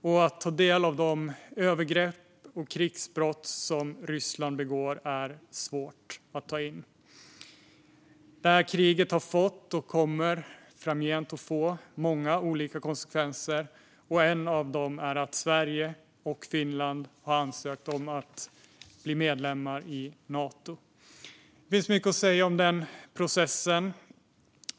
När man tar del av de övergrepp och krigsbrott som Ryssland begår är det svårt att ta in. Detta krig har fått och kommer framgent att få många olika konsekvenser. En av dem är att Sverige och Finland har ansökt om att bli medlemmar i Nato. Det finns mycket att säga om den processen.